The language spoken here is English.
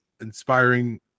inspiring